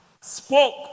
spoke